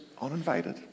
uninvited